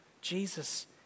Jesus